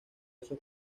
esos